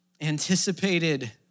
anticipated